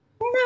No